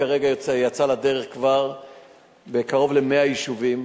כרגע היא יצאה לדרך כבר בקרוב ל-100 יישובים,